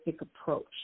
approach